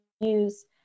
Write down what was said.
use